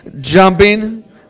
jumping